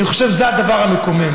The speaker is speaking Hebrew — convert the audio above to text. אני חושב שזה הדבר המקומם.